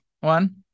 one